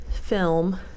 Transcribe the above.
film